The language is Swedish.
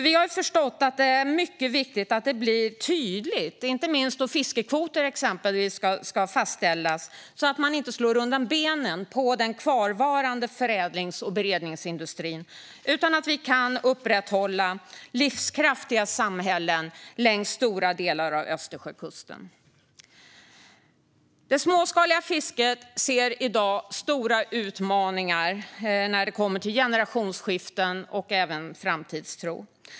Vi har förstått att det är mycket viktigt att detta blir tydligt, inte minst exempelvis då fiskekvoter ska fastställas, så att man inte slår undan benen på den kvarvarande förädlings och beredningsindustrin utan kan upprätthålla livskraftiga samhällen längs stora delar av Östersjökusten. Det småskaliga fisket ser i dag stora utmaningar när det kommer till generationsskiften och framtidstro.